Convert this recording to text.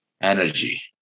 energy